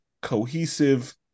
cohesive